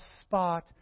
spot